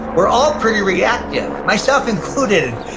we're all pretty reactive. myself included.